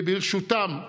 ברשותם,